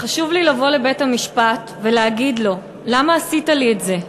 "חשוב לי לבוא לבית-המשפט ולהגיד לו: 'למה עשית לי את זה?